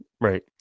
Right